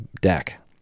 deck